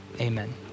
amen